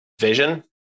vision